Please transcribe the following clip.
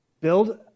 build